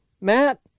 Matt